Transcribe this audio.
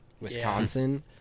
Wisconsin